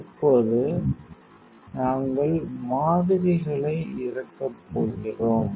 இப்போது நாங்கள் மாதிரிகளை இறக்கப் போகிறோம்